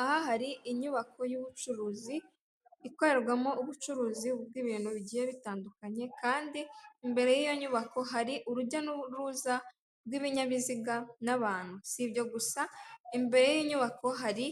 Aha hari inyubako y'ubucuruzi, ikorerwamo ubucuruzi bw'ibintu bigiye butandukanye , kandi imbere y'iyo nyubako hari urujya n'uruza rw'ibinyabiziga n'abantu. sibyo gusa imbere yiyo nyubako hari